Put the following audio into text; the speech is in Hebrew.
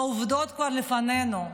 העובדות כבר לפנינו.